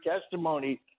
testimony